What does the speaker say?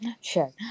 Sure